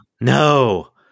no